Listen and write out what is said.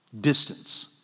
distance